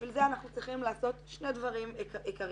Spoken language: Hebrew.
בשביל זה אנחנו צריכים לעשות שני דברים עיקריים.